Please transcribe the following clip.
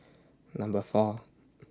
Number four